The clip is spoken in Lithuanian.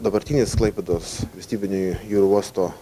dabartinis klaipėdos valstybinio jūrų uosto